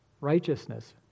righteousness